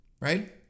right